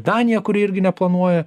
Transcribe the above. danija kuri irgi neplanuoja